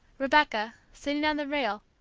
rebecca, sitting on the rail,